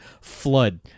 flood